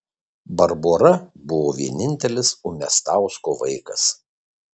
barbora buvo vienintelis umiastausko vaikas